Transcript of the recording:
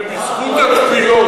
זה בזכות התפילות.